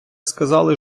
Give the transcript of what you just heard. сказали